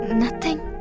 nothing!